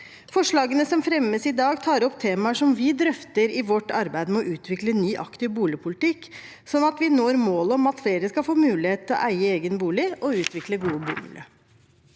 Forslagene som fremmes i dag, tar opp temaer som vi drøfter i vårt arbeid med å utvikle ny, aktiv boligpolitikk, slik at vi når målet om at flere skal få mulighet til å eie egen bolig og utvikle gode bomiljø.